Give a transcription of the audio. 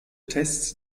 tests